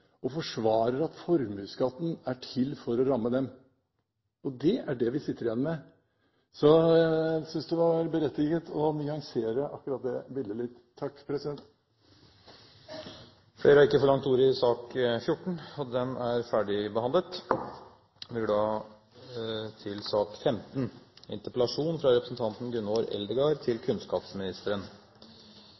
lokalmiljø, forsvarer at formuesskatten er til for å ramme dem. Det er det vi sitter igjen med. Jeg synes det var berettiget å nyansere akkurat det bildet litt. Flere har ikke bedt om ordet til sak